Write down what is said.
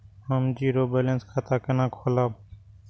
हम zero balance खाता केना खोलाब?